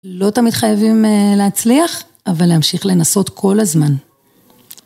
לא תמיד חייבים להצליח, אבל להמשיך לנסות כל הזמן.